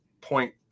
point